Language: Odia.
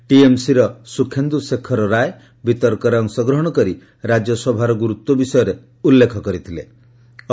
ଟିଏମ୍ସିର ସୁଖେନ୍ଦୁ ଶେଖର ରାୟ ବିତର୍କରେ ଅଂଶଗ୍ରହଣ କରି ରାଜ୍ୟସଭାର ଗୁରୁତ୍ୱ ବିଷୟରେ ଉଲ୍ଲେଖ କରିଚ୍ଛନ୍ତି